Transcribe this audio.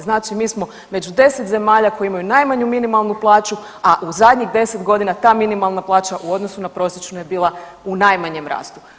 Znači mi smo među 10 zemalja koje imaju najmanju minimalnu plaću, a u zadnjih 10 godina ta minimalna plaća u odnosu na prosječnu je bila u najmanjem rastu.